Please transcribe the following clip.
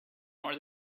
more